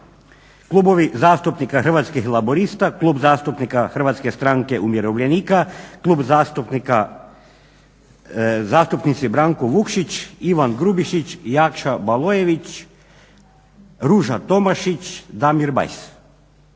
klubovi zastupnika Hrvatskih laburista, Klub zastupnika Hrvatske stranke umirovljenika, zastupnici Branko Vukšić, Ivan Grubišić i Jakša Baloević, Ruža Tomašić, Damir Bajs.